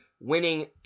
winning